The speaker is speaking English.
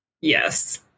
Yes